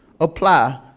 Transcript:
apply